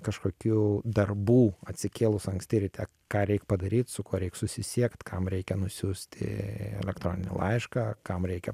kažkokių darbų atsikėlus anksti ryte ką reik padaryt su kuo reik susisiekt kam reikia nusiųsti elektroninį laišką kam reikia